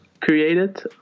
created